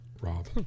Rob